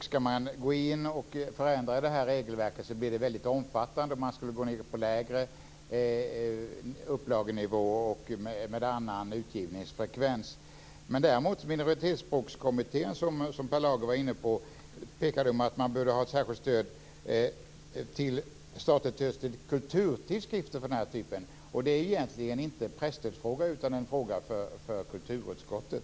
Ska man gå in och ändra det här regelverket blir det väldigt omfattande, t.ex. med en lägre upplagenivå och en annan utgivningsfrekvens. Däremot pekar Minoritetsspråkskommittén - Per Lager var inne på detta - på att det bör finnas ett särskilt statligt stöd till kulturtidskrifter av den här typen. Men detta är egentligen inte en presstödsfråga, utan det är en fråga för kulturutskottet.